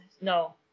no